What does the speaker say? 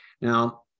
Now